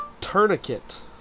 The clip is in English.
Tourniquet